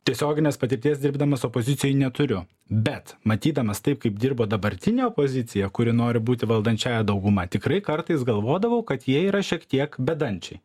tiesioginės patirties dirbdamas opozicijoj neturiu bet matydamas taip kaip dirbo dabartinė opozicija kuri nori būti valdančiąja dauguma tikrai kartais galvodavau kad jie yra šiek tiek bedančiai